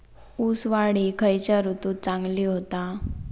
ऊस वाढ ही खयच्या ऋतूत चांगली होता?